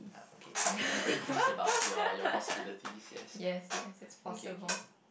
okay I'm I'm very pleased about your your possibilities yes mm kay kay